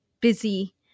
busy